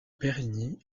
périgny